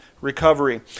recovery